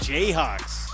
Jayhawks